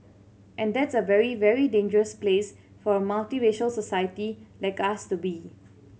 and that's a very very dangerous place for a multiracial society like us to be